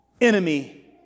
Enemy